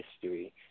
history